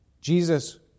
Jesus